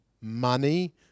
money